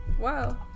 Wow